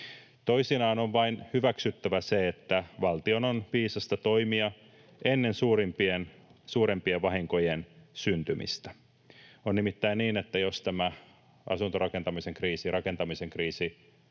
Toisinaan on vain hyväksyttävä se, että valtion on viisasta toimia ennen suurempien vahinkojen syntymistä. On nimittäin niin, että jos tämä asuntorakentamisen kriisi tai rakentamisen kriisi